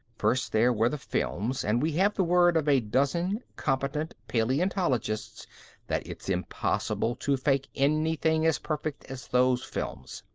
first there were the films and we have the word of a dozen competent paleontologists that it's impossible to fake anything as perfect as those films.